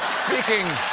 speaking